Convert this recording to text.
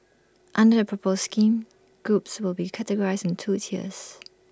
under the proposed scheme groups will be categorised into two tiers